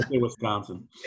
Wisconsin